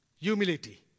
humility